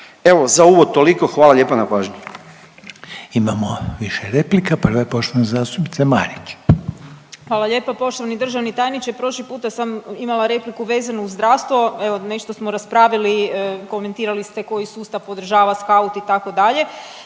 Evo za uvod toliko, hvala lijepa na pažnji. **Reiner, Željko (HDZ)** Imamo više replika, prva je poštovane zastupnice Marić. **Marić, Andreja (SDP)** Hvala lijepa. Poštovani državni tajniče, prošli puta sam imala repliku vezanu uz zdravstvo, evo nešto smo raspravili, komentirali ste koji sustav podržava scout itd.,